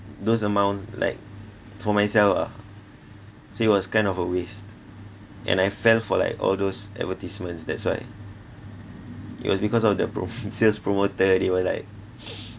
those amounts like for myself ah so it was kind of a waste and I fell for like all those advertisements that's why it was because of the prom~ sales promoter they were like